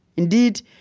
indeed,